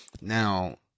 now